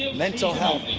mental health